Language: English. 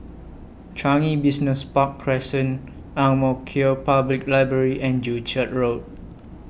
Changi Business Park Crescent Ang Mo Kio Public Library and Joo Chiat Road